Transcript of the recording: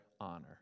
honor